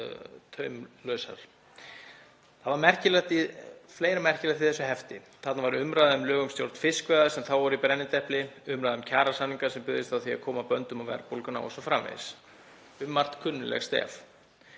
og taumlausar. Það var fleira merkilegt í þessu hefti. Þarna var umræða um lög um stjórn fiskveiða sem þá voru í brennidepli, umræða um kjarasamninga sem byggðust á því að koma böndum á verðbólguna o.s.frv., um margt kunnugleg stef.